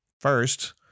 First